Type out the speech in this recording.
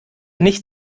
nicht